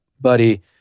buddy